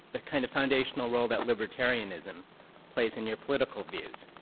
the kind of foundational role that libertarianism plays in your political views.